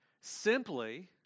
simply